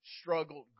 struggled